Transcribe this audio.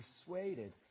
persuaded